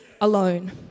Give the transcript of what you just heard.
alone